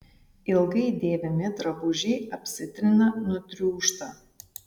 ilgai dėvimi drabužiai apsitrina nutriūšta